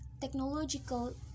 technological